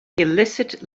illicit